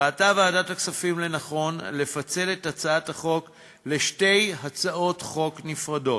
ראתה ועדת הכספים לנכון לפצל את הצעת החוק לשתי הצעות חוק נפרדות,